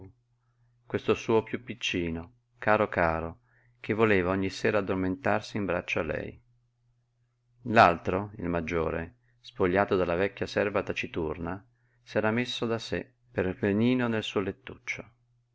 questo suo piú piccino caro caro che voleva ogni sera addormentarsi in braccio a lei l'altro il maggiore spogliato dalla vecchia serva taciturna s'era messo da sé per benino nel suo lettuccio